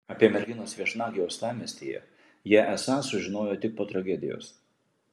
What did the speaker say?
apie merginos viešnagę uostamiestyje jie esą sužinojo tik po tragedijos